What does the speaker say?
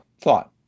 thought